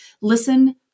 listen